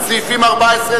על סעיף 14,